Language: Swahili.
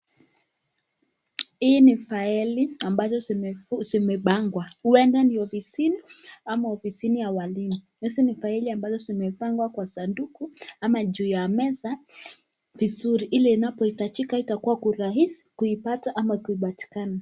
Hii ni faeli ambazo zimepangwa huenda ni ofisini ama ofisini ya walimu. Hizi ni faeli ambazo zimepangwa kwa sanduku ama juu ya meza vizuri ili inapohitajika itakua rahisi kuipata ama kupatikana.